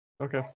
Okay